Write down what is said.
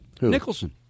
Nicholson